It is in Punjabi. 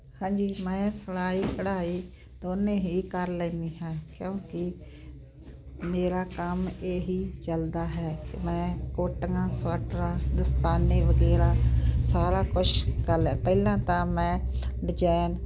ਹਾਂਜੀ ਮੈਂ ਸਿਲਾਈ ਕਢਾਈ ਦੋਨੇ ਹੀ ਕਰ ਲੈਂਦੀ ਹਾਂ ਕਿਉਂਕਿ ਮੇਰਾ ਕੰਮ ਇਹੀ ਚਲਦਾ ਹੈ ਅਤੇ ਮੈਂ ਕੋਟੀਆਂ ਸਵੈਟਰਾਂ ਦਸਤਾਨੇ ਵਗੈਰਾ ਸਾਰਾ ਕੁਛ ਕਰ ਪਹਿਲਾਂ ਤਾਂ ਮੈਂ ਡਿਜਾਇਨ